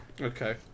Okay